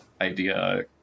idea